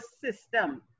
system